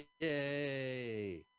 Yay